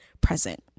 present